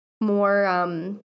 more